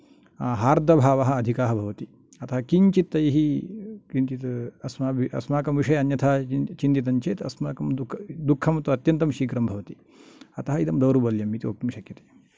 हार्दभावः अधिकः भवति अतः किञ्चित् तैः किञ्चित् अस्माभिः अस्माकं विषये अन्यथा चिन्तितं चेत् अस्माकं दुख दुःखम् अत्यन्तं शीघ्रं भवति अतः इदं दौर्बल्यं इति वक्तुं शक्यते